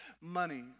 money